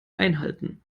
einhalten